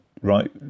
right